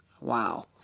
Wow